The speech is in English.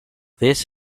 this